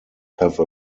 have